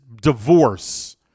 divorce